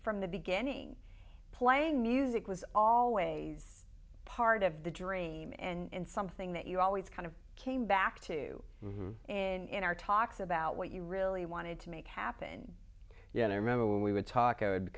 from the beginning playing music was always part of the dream and something that you always kind of came back to in our talks about what you really wanted to make happen yeah i remember when we would talk i would